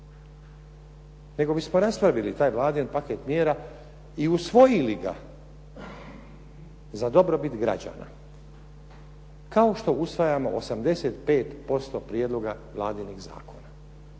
nego bismo raspravili taj Vladin paket mjera i usvojili ga za dobrobit građana, kao što usvajamo 85% prijedloga Vladinih zakona